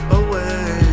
away